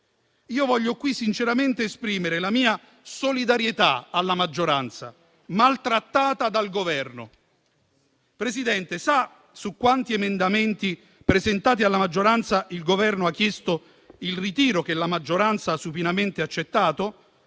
Io voglio qui sinceramente esprimere la mia solidarietà alla maggioranza, maltrattata dal Governo. Signor Presidente, sa di quanti emendamenti, presentati dalla maggioranza, il Governo ha chiesto il ritiro, che la maggioranza ha supinamente accettato?